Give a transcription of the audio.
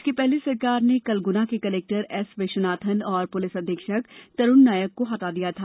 इसके पहले सरकार ने कल गुना के कलेक्टर एस विश्वनाथन और पुलिस अधीक्षक तरुण नायक को हटा दिया था